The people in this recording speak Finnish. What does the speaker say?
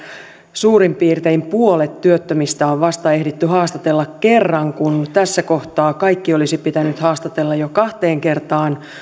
suurin piirtein puolet työttömistä on ehditty haastatella vasta kerran kun tässä kohtaa kaikki olisi pitänyt haastatella jo kahteen kertaan